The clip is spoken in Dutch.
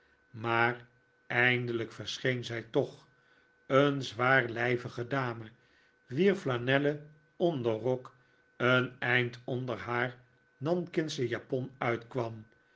maar eindelijk verscheen zij toch een zwaarlijvige dame wier flanellen onderrok een eind onder haar nankingsche japon uitkwam